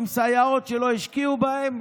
עם סייעות שלא השקיעו בהן,